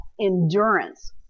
Endurance